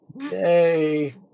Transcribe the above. Yay